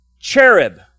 cherub